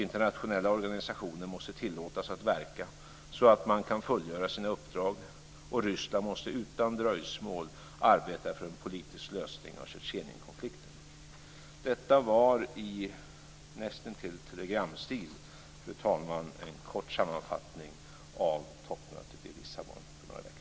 · Internationella organisationer måste tillåtas att verka så att man kan fullgöra sina uppdrag. · Ryssland måste utan dröjsmål arbeta för en politisk lösning av Tjetjenienkonflikten. Detta är, nästintill i telegramstil, fru talman, en kort sammanfattning av toppmötet i Lissabon för några veckor sedan.